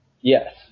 Yes